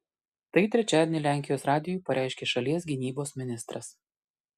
tai trečiadienį lenkijos radijui pareiškė šalies gynybos ministras